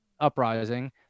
Uprising